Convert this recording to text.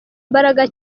imbaraga